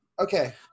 Okay